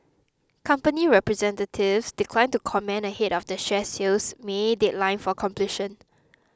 company representatives declined to comment ahead of the share sale's may deadline for completion